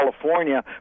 California